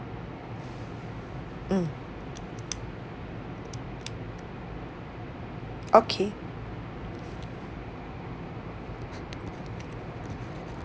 mm okay